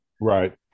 right